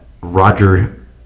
Roger